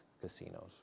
casinos